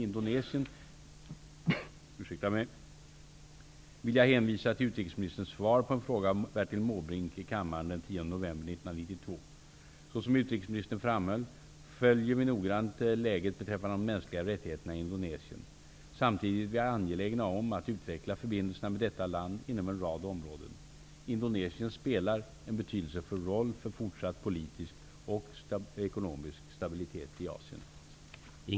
Indonesien vill jag hänvisa till utrikesministerns svar på en fråga av Bertil Måbrink i kammaren den 10 november 1992. Såsom utrikesministern framhöll följer vi noggrant läget beträffande de mänskliga rättigheterna i Indonesien. Samtidigt är vi angelägna om att utveckla förbindelserna med detta land inom en rad områden. Indonesien spelar en betydelsefull roll för fortsatt politisk och ekonomisk stabilitet i Asien.